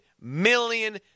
million